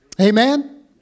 amen